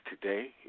today